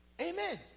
amen